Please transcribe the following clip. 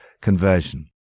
conversion